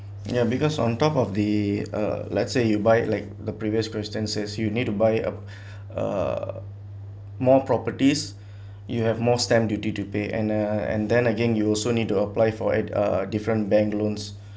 ya because on top of the uh let's say you buy like the previous question says you need to buy uh more properties you have more stamp duty to pay and uh and then again you also need to apply for an uh different bank loans